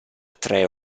tre